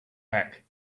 back